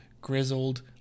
grizzled